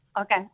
Okay